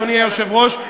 אדוני היושב-ראש,